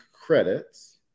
credits